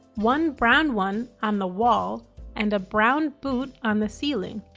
one brown one on the wall and a brown boot on the ceiling.